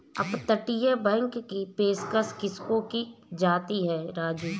अपतटीय बैंक की पेशकश किसको की जाती है राजू?